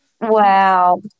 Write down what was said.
wow